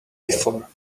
before